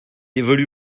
évolue